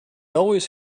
always